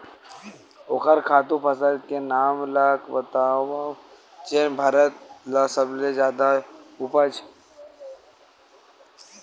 ओखर खातु फसल के नाम ला बतावव जेन भारत मा सबले जादा उपज?